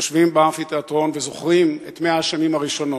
יושבים באמפיתיאטרון וזוכרים את 100 השנים הראשונות.